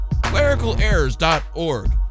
Clericalerrors.org